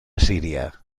siria